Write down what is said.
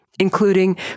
including